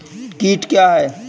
कीट क्या है?